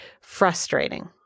frustrating